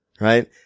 right